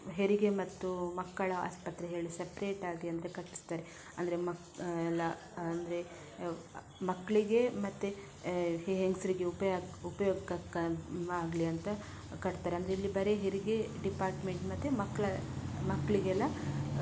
ಹೆರಿಗೆ ಮತ್ತು ಮಕ್ಕಳ ಆಸ್ಪತ್ರೆ ಹೇಳಿ ಸೆಪ್ರೇಟಾಗಿ ಅಂತ ಕಟ್ಟಿಸ್ತಾರೆ ಅಂದರೆ ಮಕ್ ಎಲ್ಲ ಅಂದರೆ ಮಕ್ಕಳಿಗೆ ಮತ್ತೆ ಹೇ ಹೆಂಗಸರಿಗೆ ಉಪಯೊ ಉಪಯೋಗಕ್ಕೆ ಆಗಲಿ ಅಂತ ಕಟ್ತಾರೆ ಅಂದರೆ ಇಲ್ಲಿ ಬರೀ ಹೆರಿಗೆ ಡಿಪಾರ್ಟ್ಮೆಂಟ್ ಮತ್ತು ಮಕ್ಕಳ ಮಕ್ಕಳಿಗೆಲ್ಲ